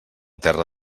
terra